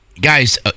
guys